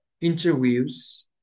interviews